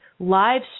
live